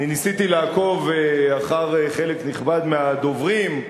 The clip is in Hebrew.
אני ניסיתי לעקוב אחר חלק נכבד מהדוברים,